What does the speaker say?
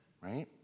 right